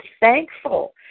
thankful